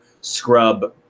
scrub